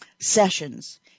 sessions